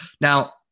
Now